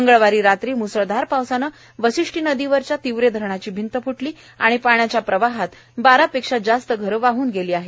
मंगळवारी रात्री मुसळधार पावसानं वशिष्टी नदीवरच्या तिवरे धरणाची भिंत फुटली आणि पाण्याच्या प्रवाहात बारा पेक्षा जास्त घरं वाहून गेली आहेत